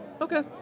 okay